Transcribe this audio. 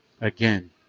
Again